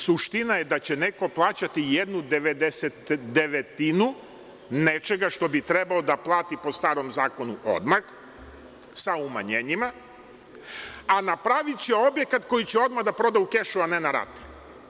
Suština je da će neko plaćati 1/99 nečega što bi trebalo da plati po starom zakonu odmah sa umanjenjima, a napraviće objekat koji će odmah da proda u kešu, a ne na rate.